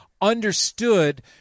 understood